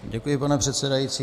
Děkuji, pane předsedající.